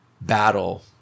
battle